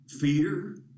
fear